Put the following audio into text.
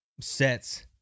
sets